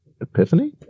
epiphany